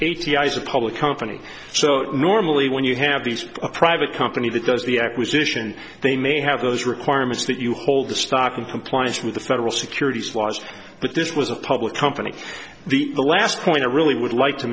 eyes a public company so normally when you have these a private company that does the acquisition they may have those requirements that you hold the stock in compliance with the federal securities laws but this was a public company the last point i really would like to